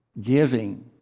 giving